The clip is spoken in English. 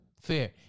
Fair